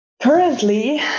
Currently